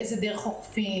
באיזה דרך אוכפים,